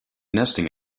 nesting